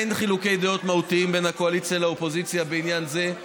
אין חילוקי דעות מהותיים בין הקואליציה לאופוזיציה בעניין זה.